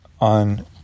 on